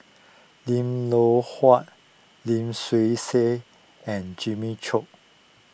Lim Loh Huat Lim Swee Say and Jimmy Chok